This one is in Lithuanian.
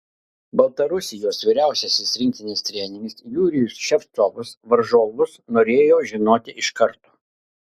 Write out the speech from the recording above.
baltarusijos vyriausiasis rinktinės treneris jurijus ševcovas varžovus norėjo žinoti iš karto